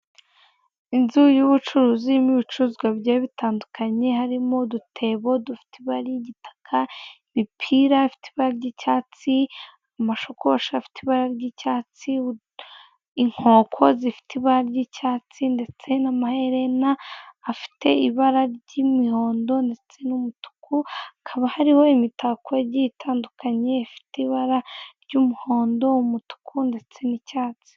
inzu y'ubucuruzi n ibicuruzwa bye bitandukanye harimo udutebo dufite ibara ry'igitaka bipiraba ry'icyatsi amashakoshi afite ibara ry'icyatsi inkoko zifite ibara ry'icyatsi ndetse n'amaherena afite ibara ry'imihondo ndetse n'umutuku hakaba hariho imitakogiye itandukanye ifite ibara ry'umuhondo umutuku ndetse n'icyatsi